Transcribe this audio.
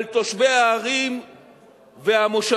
על תושבי הערים והמושבים,